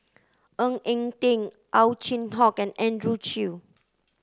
Ng Eng Teng Ow Chin Hock and Andrew Chew